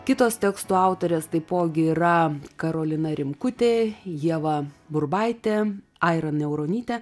kitos tekstų autorės taipogi yra karolina rimkutė ieva burbaitė aira niauronytė